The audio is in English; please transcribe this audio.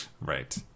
Right